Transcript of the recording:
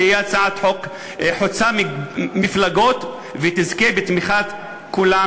תהיה הצעת חוק חוצה מפלגות ותזכה בתמיכת כולם.